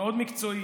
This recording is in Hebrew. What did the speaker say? מאוד מקצועי.